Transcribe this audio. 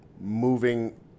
moving